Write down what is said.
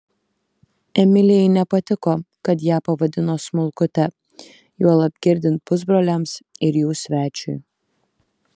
emilijai nepatiko kad ją pavadino smulkute juolab girdint pusbroliams ir jų svečiui